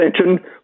attention